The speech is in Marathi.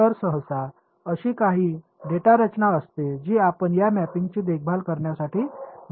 तर सहसा अशी काही डेटा रचना असते जी आपण या मॅपिंगची देखभाल करण्यासाठी वापर कराल